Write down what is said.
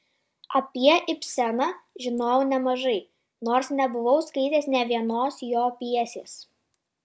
apie ibseną žinojau nemažai nors nebuvau skaitęs nė vienos jo pjesės